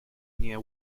near